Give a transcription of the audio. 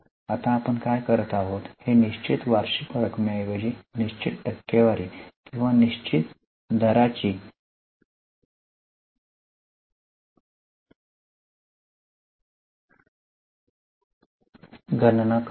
आता आपण काय करत आहोत हे निश्चित वार्षिक रकमेऐवजी निश्चित टक्केवारी किंवा निश्चित दराची गणना करतो